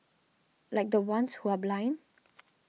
like the ones who are blind